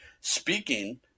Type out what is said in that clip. Speaking